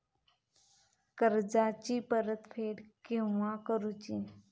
कर्जाची परत फेड केव्हा करुची?